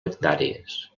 hectàrees